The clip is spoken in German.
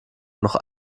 noch